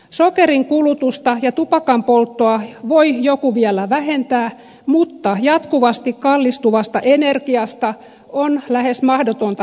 sokerin kulutusta ja tupakanpolttoa voi joku vielä vähentää mutta jatkuvasti kallistuvasta energiasta on lähes mahdotonta tinkiä